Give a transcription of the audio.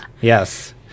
Yes